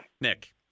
Nick